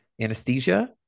anesthesia